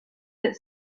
that